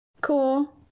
cool